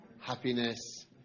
happiness